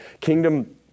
kingdom